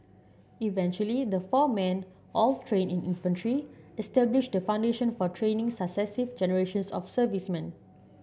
eventually the four men all trained in infantry established the foundation for training successive generations of servicemen